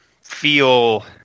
feel